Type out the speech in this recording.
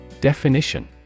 Definition